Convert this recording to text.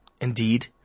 indeed